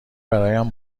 برایم